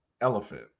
elephant